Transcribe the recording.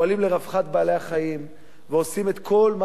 בעלי-החיים ועושים את כל מה שניתן.